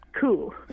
cool